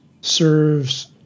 serves